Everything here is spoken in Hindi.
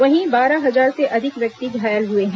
वहीं बारह हजार से अधिक व्यक्ति घायल हुए हैं